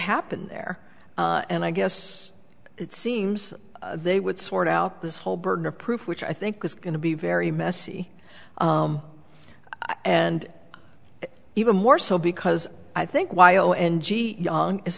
happen there and i guess it seems they would sort out this whole burden of proof which i think is going to be very messy and even more so because i think y o n g young is